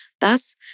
thus